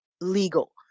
legal